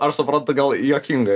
aš suprantu gal juokinga